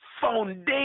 foundation